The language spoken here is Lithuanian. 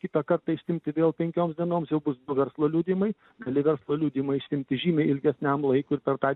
kitą kartą išsiimti vėl penkioms dienoms jau bus du verslo liudijimai gali verslo liudijimą išsiimti žymiai ilgesniam laikui ir per tą